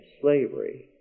slavery